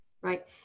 right